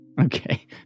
Okay